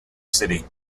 city